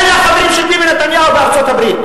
אלה החברים של ביבי נתניהו בארצות-הברית.